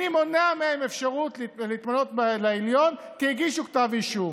אני מונע מהם אפשרות להתמנות לעליון כי הגישו כתב אישום?